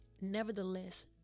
nevertheless